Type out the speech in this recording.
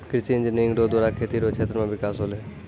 कृषि इंजीनियरिंग रो द्वारा खेती रो क्षेत्र मे बिकास होलै